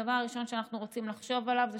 הדבר הראשון שאנחנו רוצים לחשוב עליו זה